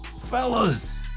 fellas